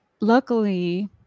luckily